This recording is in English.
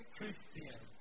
Christian